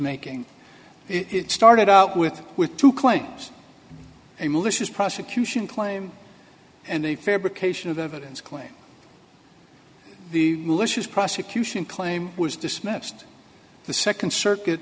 making it started out with with two coins a malicious prosecution claim and the fabric ation of evidence claim the malicious prosecution claim was dismissed the second circuit